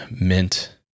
mint